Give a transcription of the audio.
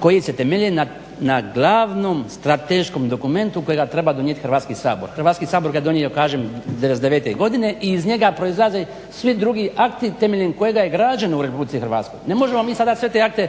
koji se temelje na glavnom strateškom dokumentu kojega treba donijeti Hrvatski sabor. Hrvatski sabor ga je donio kažem '99. godine i iz njega proizlaze svi drugi akti temeljem kojega je građeno u Republici Hrvatskoj. Ne možemo mi sada sve te akte